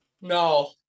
No